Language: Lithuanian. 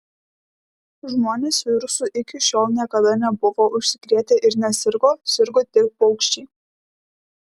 žmonės virusu iki šiol niekada nebuvo užsikrėtę ir nesirgo sirgo tik paukščiai